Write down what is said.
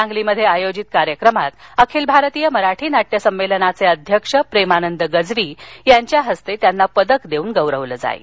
सांगलीमध्ये आयोजित कार्यक्रमात अखिल भारतीय मराठी नाट्य संमेलनाचे अध्यक्ष प्रेमानंद गजवी यांच्या हस्ते त्यांना पदक देऊन गौरवलं जाईल